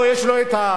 יש לו את ה"ביביתון",